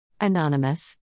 Anonymous